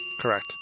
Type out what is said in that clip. Correct